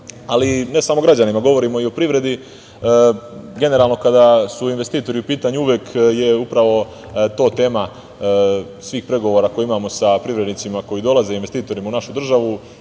Ne samo građanima, govorimo i o privredi. Generalno kada su investitori u pitanju, uvek je upravo to tema svih pregovora koje imamo sa privrednicima koji dolaze, sa investitorima, u našu državu